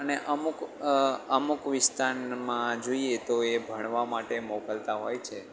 અને અમુક અમુક વિસ્તારમાં જોઈએ તો એ ભણવા માટે મોકલતા હોય છે